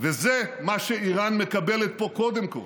וזה מה שאיראן מקבלת פה קודם כול.